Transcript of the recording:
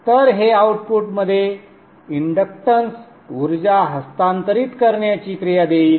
तर हे आउटपुटमध्ये इंडक्टन्स ऊर्जा हस्तांतरित करण्याची क्रिया देईल